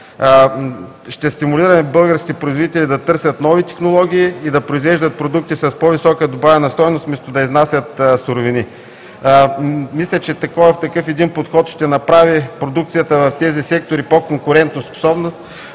Ще стимулираме българските производители да търсят нови технологии и да произвеждат продукти с по-висока добавена стойност, вместо да изнасят суровини. Мисля, че такъв подход ще направи продукцията в тези сектори по-конкурентоспособна,